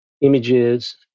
images